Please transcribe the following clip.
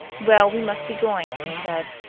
well, we must be going, he said.